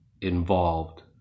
involved